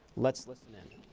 let's listen in.